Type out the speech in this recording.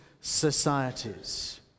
societies